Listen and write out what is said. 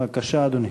בבקשה, אדוני.